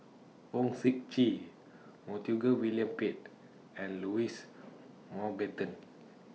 Fong Sip Chee Montague William Pett and Louis Mountbatten